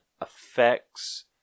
effects